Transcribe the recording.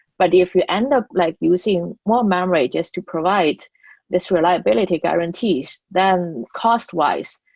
but if you end up like using more memory just to provide this reliability guarantees, then cost-wise,